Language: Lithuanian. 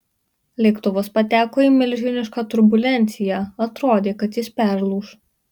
lėktuvas pateko į milžinišką turbulenciją atrodė kad jis perlūš